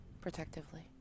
protectively